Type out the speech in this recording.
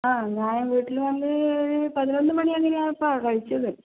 ആ ഞാൻ വീട്ടില് വന്ന് ഒര് പതിനൊന്ന് മണി അങ്ങനെ ആയപ്പോൾ കഴിച്ചത്